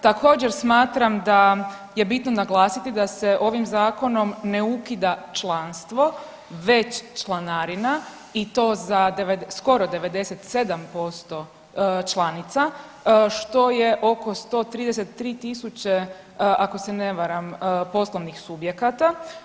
Također smatram da je bitno naglasiti da se ovim zakonom ne ukida članstvo već članarina i to za skoro 97% članica što je oko 133.000 ako se ne varam poslovnih subjekata.